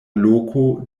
loko